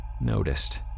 noticed